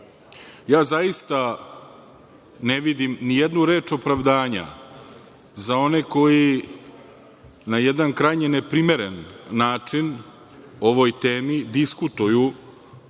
Ja zaista ne vidim ni jednu reč opravdanja za one koji na jedan krajnji neprimeren način o ovoj temi diskutuju